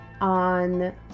on